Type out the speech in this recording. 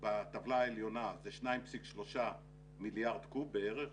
בטבלה העליונה, זה 2.3 מיליארד קוב בערך,